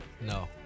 No